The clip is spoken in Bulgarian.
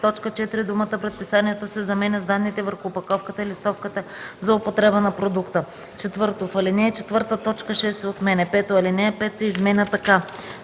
т. 4 думата „предписанията” се заменя с „данните върху опаковката и листовката за употреба на продукта”. 4. В ал.